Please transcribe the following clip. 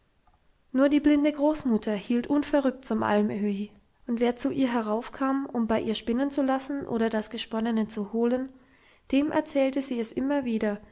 nur die blinde großmutter hielt unverrückt zum alm öhi und wer zu ihr heraufkam um bei ihr spinnen zu lassen oder das gesponnene zu holen dem erzählte sie es immer wieder